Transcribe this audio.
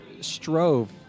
strove